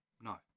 No